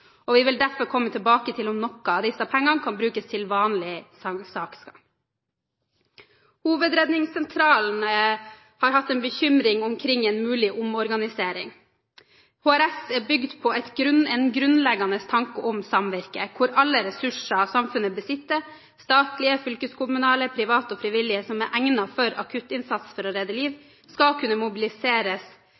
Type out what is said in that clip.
Vi vil derfor komme tilbake til om noen av disse pengene kan brukes til vanlig saksbehandling. Hovedredningssentralen har vært bekymret for en mulig omorganisering. HRS er bygget på en grunnleggende tanke om samvirke, hvor alle ressurser samfunnet besitter – statlige, fylkeskommunale, private og frivillige – som er egnet til akuttinnsats for å redde liv skal kunne mobiliseres